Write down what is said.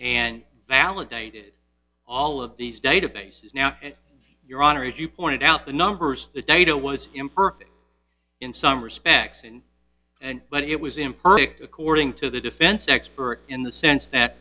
and validated all of these databases now and your honor as you pointed out the numbers the data was imperfect in some respects in and but it was imperfect according to the defense expert in the sense that